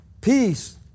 peace